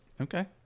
Okay